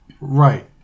Right